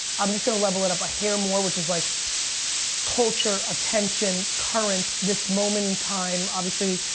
i'm just going to level it up a hair more which is like culture, attention, current, this moment in time, obviously,